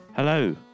Hello